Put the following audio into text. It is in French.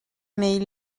mais